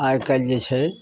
आइकाल्हि जे छै